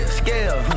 scale